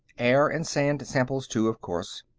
air and sand samples too, of course.